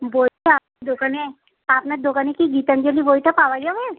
বলছি আপনার দোকানে আপনার দোকানে কি গীতাঞ্জলি বইটা পাওয়া যাবে